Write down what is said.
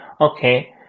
okay